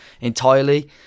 entirely